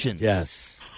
Yes